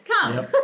Come